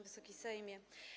Wysoki Sejmie!